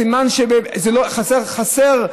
סימן שחסר,